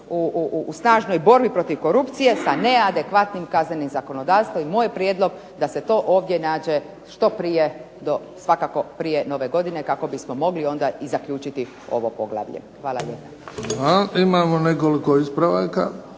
u snažnoj borbi protiv korupcije sa neadekvatnim kaznenim zakonodavstvom i moj je prijedlog da se to ovdje nađe što prije, svakako prije nove godine kako bismo mogli onda i zaključiti ovo poglavlje. Hvala lijepa.